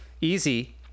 Easy